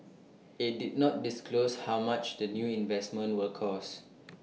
IT did not disclose how much the new investment will cost